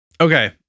Okay